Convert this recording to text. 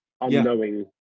unknowing